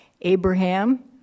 Abraham